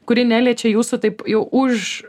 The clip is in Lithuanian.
kuri neliečia jūsų taip jau už